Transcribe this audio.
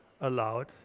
allowed